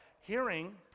hearing